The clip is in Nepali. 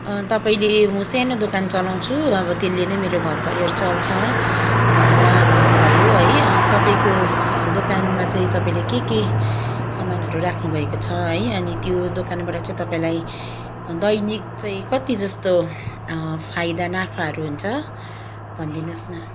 तपाईँले म सानो दोकान चलाउँछु अब त्यसले नै मेरो घर परिवार चल्छ भनेर भन्नुभयो है तपाईँको दोकानमा चाहिँ तपाईँले के के सामानहरू राख्नुभएको छ है अनि त्यो दोकानबाट चाहिँ तपाईँलाई दैनिक चाहिँ कति जस्तो फाइदा नाफाहरू हुन्छ भनिदिनुहोस् न